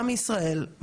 ואני מניחה שיש פה,